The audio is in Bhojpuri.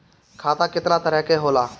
खाता केतना तरह के होला?